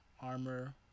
armor